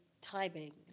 timing